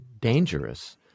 dangerous